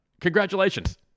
Congratulations